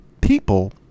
people